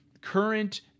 current